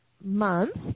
month